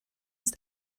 ist